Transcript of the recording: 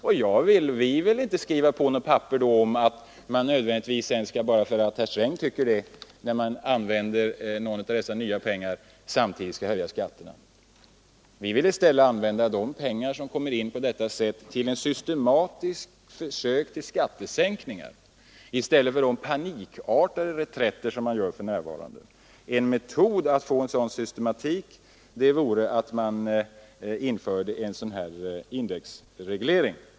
Och då vill vi inte skriva under att man nödvändigtvis, bara för att herr Sträng tycker det, samtidigt skall höja skatterna när man använder dessa nya pengar. Vi vill använda de pengar som kommer in på det sättet bl.a. till ett systematiskt försök att sänka skatterna, i stället för de panikartade reträtter som nu företas. Och en metod att få en sådan systematik vore att införa indexreglering.